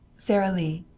sara lee